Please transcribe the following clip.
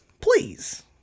Please